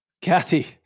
Kathy